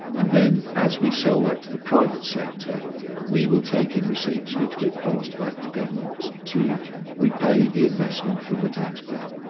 and then as we sell that to the private sector we will take in receipts which we'll pass back to government to repay the investment from the taxpayer.